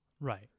Right